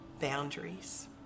boundaries